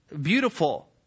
beautiful